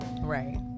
Right